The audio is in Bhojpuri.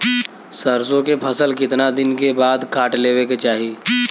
सरसो के फसल कितना दिन के बाद काट लेवे के चाही?